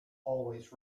always